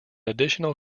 additional